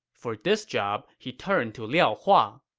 for this job, he turned to liao hua.